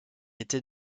était